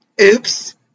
Oops